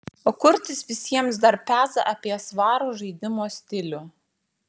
o kurtis visiems dar peza apie svarų žaidimo stilių